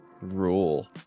Rule